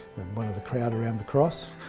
one of the crowd around the cross,